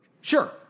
Sure